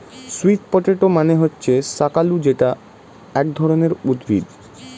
sweet potato মানে হচ্ছে শাকালু যেটা এক ধরনের উদ্ভিদ